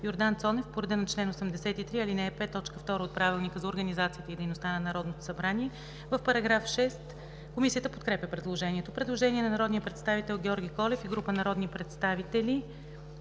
Йордан Цонев по реда на чл. 83, ал. 5, т. 2 от Правилника за организацията и дейността на Народното събрание. Комисията подкрепя предложението. Предложение на народния представител Георги Колев и група народни представители.